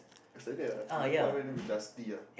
it's like that ah Singapore everytime a bit dusty ah